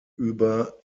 über